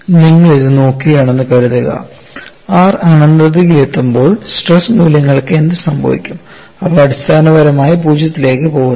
നിങ്ങൾ ഇത് നോക്കുകയാണെന്ന് കരുതുക r അനന്തതയിൽ എത്തുമ്പോൾ സ്ട്രെസ് മൂല്യങ്ങൾക്ക് എന്ത് സംഭവിക്കും അവ അടിസ്ഥാനപരമായി 0 ലേക്ക് പോകുന്നു